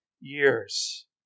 years